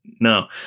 No